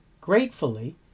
Gratefully